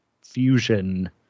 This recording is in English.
Fusion